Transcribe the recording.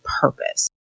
purpose